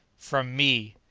from me.